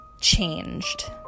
changed